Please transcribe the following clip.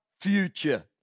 future